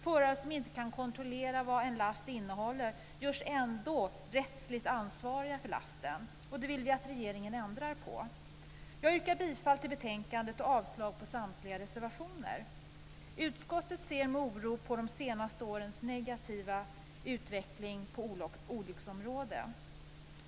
Förare som inte kan kontrollera vad en last innehåller görs ändå rättsligt ansvarig för lasten. Det vill vi att regeringen ändrar på. Jag yrkar bifall till utskottets hemställan och avslag på samtliga reservationer. Utskottet ser med oro på de senaste årens negativa utveckling på olycksområdet.